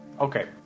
okay